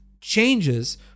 changes